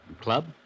Club